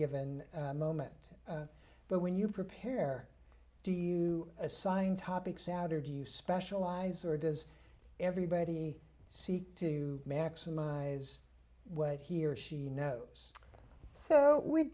given moment but when you prepare do you assign top xander do you specialize or does everybody seek to maximize what he or she know so we